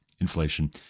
inflation